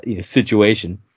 situation